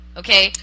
okay